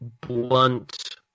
blunt